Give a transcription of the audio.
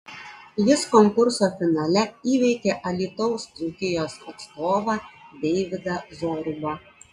jis konkurso finale įveikė alytaus dzūkijos atstovą deividą zorubą